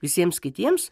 visiems kitiems